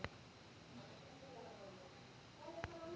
निवेश परिव्यास अनुपात से तू कौची समझा हीं?